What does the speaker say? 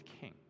king